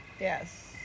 Yes